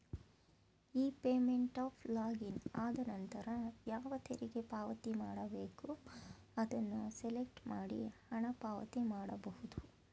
E payment of login ಆದನಂತರ ಯಾವ ತೆರಿಗೆ ಪಾವತಿ ಮಾಡಬೇಕು ಅದನ್ನು ಸೆಲೆಕ್ಟ್ ಮಾಡಿ ಹಣ ಪಾವತಿ ಮಾಡಬಹುದು